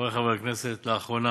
חברי חברי הכנסת, לאחרונה